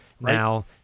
now